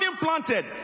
planted